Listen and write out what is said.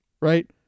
right